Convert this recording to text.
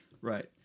Right